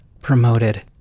promoted